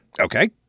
Okay